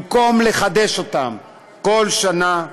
במקום לחדש אותו כל שנה.